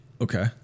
Okay